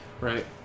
Right